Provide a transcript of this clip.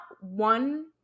one